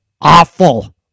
awful